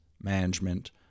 management